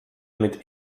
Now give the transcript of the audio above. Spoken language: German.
mit